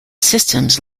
systems